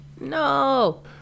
No